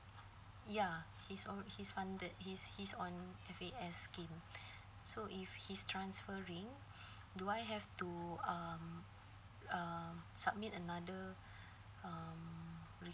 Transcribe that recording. ya he o~ he's funded he's he's on the F_A_S scheme so if he's transferring do I have to uh uh submit another um